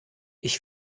ich